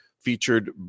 featured